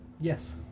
Yes